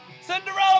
Cinderella